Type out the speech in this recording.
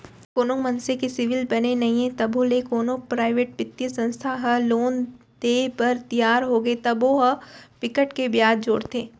कोनो मनसे के सिविल बने नइ हे तभो ले कोनो पराइवेट बित्तीय संस्था ह लोन देय बर तियार होगे तब ओ ह बिकट के बियाज जोड़थे